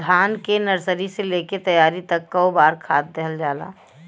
धान के नर्सरी से लेके तैयारी तक कौ बार खाद दहल जाला?